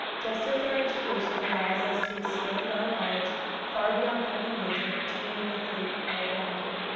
just as our education allows us to expand our knowledge far beyond that of a major to be uniquely well rounded.